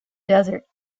desert